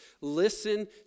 Listen